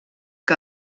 que